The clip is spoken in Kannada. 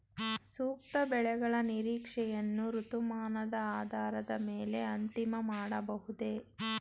ಸೂಕ್ತ ಬೆಳೆಗಳ ನಿರೀಕ್ಷೆಯನ್ನು ಋತುಮಾನದ ಆಧಾರದ ಮೇಲೆ ಅಂತಿಮ ಮಾಡಬಹುದೇ?